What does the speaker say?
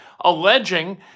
alleging